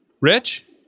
Rich